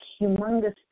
humongous